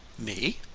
me?